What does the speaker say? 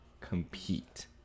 compete